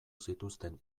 zituzten